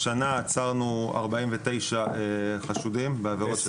השנה עצרנו 49 חשודים בעבירות של ציד,